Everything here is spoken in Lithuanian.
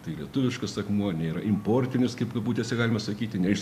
tai lietuviškas akmuo nėra importinis kaip kabutėse galima sakyti ne iš